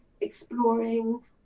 exploring